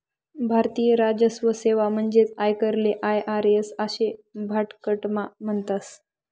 भारतीय राजस्व सेवा म्हणजेच आयकरले आय.आर.एस आशे शाटकटमा म्हणतस